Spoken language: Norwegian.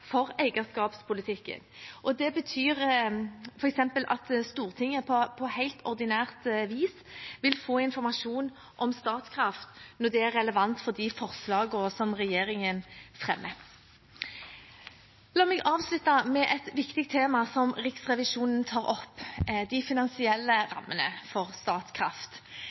eierskapspolitikken, og det betyr f.eks. at Stortinget på helt ordinært vis vil få informasjon om Statkraft når det er relevant for de forslagene som regjeringen fremmer. La meg avslutte med et viktig tema som Riksrevisjonen tar opp, de finansielle rammene for Statkraft.